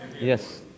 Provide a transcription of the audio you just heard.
Yes